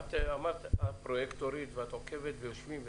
אמרת שאת פרויקטורית, את עוקבת ושיושבים.